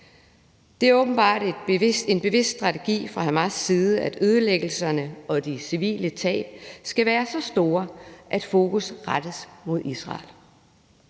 Det er åbenbart en bevidst strategi fra Hamas' side, at ødelæggelserne og de civile tab skal være så store, at fokus rettes mod Israel.